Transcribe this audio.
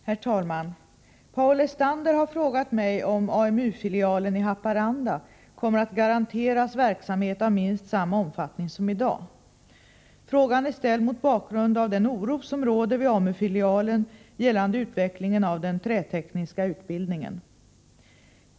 Herr talman! Paul Lestander har frågat mig om AMU-filialen i Haparanda kommer att garanteras verksamhet av minst samma omfattning som i dag. Frågan är ställd mot bakgrund av den oro som råder vid AMU-filialen gällande utvecklingen av den trätekniska utbildningen.